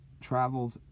traveled